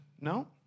no